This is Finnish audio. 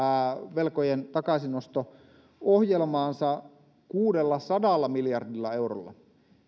velkojen takaisinosto ohjelmaansa kuudellasadalla miljardilla eurolla